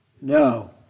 No